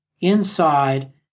inside